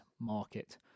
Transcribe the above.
market